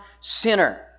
sinner